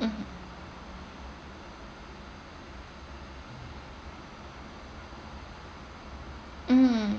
mmhmm mm